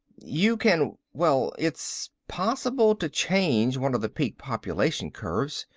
you can. well. it's possible to change one of the peak population curves.